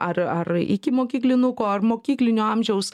ar ar ikimokyklinuko ar mokyklinio amžiaus